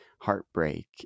heartbreak